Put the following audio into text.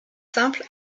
simple